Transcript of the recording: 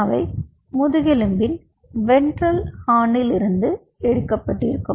அவை முதுகெலும்பின் வென்ட்ரல் ஹார்னிலிருந்து எடுக்கப்பட்டிருக்கும்